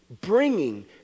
Bringing